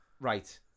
Right